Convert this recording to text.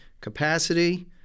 capacity